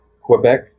Quebec